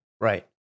Right